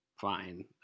fine